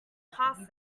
passes